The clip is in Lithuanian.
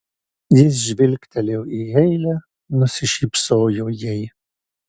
jis žvilgtelėjo į heile nusišypsojo jai